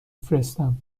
فرستم